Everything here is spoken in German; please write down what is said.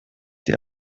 die